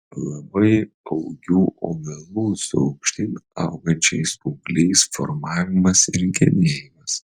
labai augių obelų su aukštyn augančiais ūgliais formavimas ir genėjimas